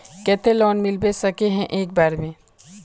केते लोन मिलबे सके है एक बार में?